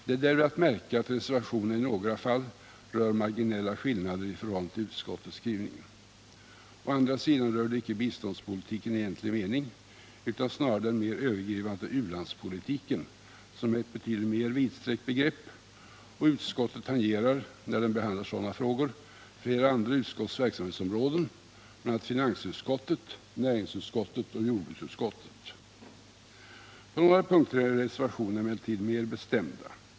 Det är därvid att märka att reservationerna i några fall rör marginella skillnader i förhållande till utskottets skrivning. I andra fall rör de icke biståndspolitiken i egentlig mening, utan snarare den mer övergripande u-landspolitiken, som är ett betydligt mer vidsträckt begrepp. Utskottet tangerar när det behandlar sådana frågor flera andra utskotts verksamhetsområden, bl.a. finansutskottets, näringsutskottets och jordbruksutskottets. På några punkter är reservationerna emellertid mer bestämda.